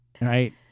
right